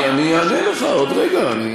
אני אענה לך בעוד רגע.